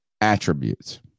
attributes